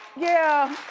yeah.